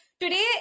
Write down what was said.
Today